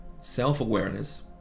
self-awareness